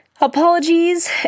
apologies